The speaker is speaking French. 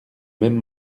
même